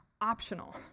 optional